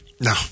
No